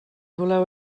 voleu